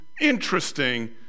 interesting